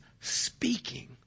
speaking